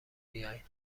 بیاین